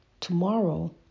Tomorrow